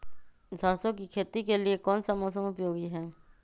सरसो की खेती के लिए कौन सा मौसम उपयोगी है?